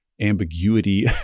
ambiguity